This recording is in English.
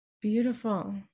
Beautiful